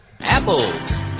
Apples